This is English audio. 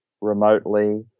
remotely